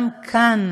גם כאן,